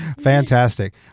Fantastic